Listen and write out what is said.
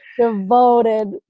devoted